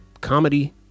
comedy